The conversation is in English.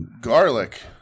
garlic